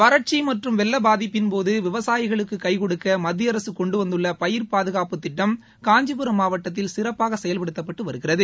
வறட்சி மற்றும் வெள்ளப் பாதிப்பின்போது விவசாயிகளுக்கு கை கொடுக்க மத்திய அரசு கொண்டு வந்துள்ள பயிர் பாதுகாப்புத் திட்டம் காஞ்சிபுரம் மாவட்டத்தில் சிறப்பாக செயல்படுத்தப்பட்டு வருகிறது